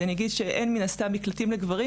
ואני כן אגיד שמן הסתם אין מקלטים לגברים